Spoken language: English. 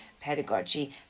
pedagogy